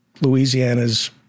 Louisiana's